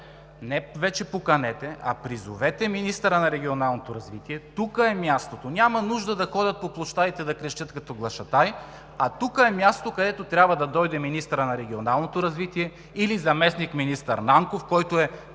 вече не поканете, а призовете министъра на регионалното развитие, тук е мястото. Няма нужда да ходят по площадите да крещят като глашатаи, а тук е мястото, където трябва да дойде министърът на регионалното развитие или заместник-министър Нанков, който е